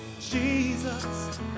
Jesus